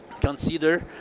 consider